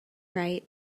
right